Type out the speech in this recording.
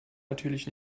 natürlich